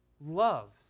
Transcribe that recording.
loves